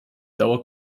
dauer